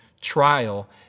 trial